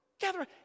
Gather